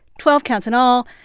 twelve counts in all.